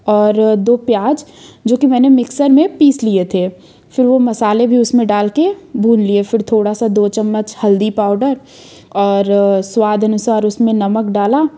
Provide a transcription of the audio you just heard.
और दो प्याज जो कि मैंने मिक्सर में पीस लिए थे फिर वो मसाले भी उसमें डाल के भून लिए फिर थोड़ा सा दो चम्मच हल्दी पाउडर और स्वाद अनुसार उसमें नमक डाला